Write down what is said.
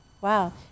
Wow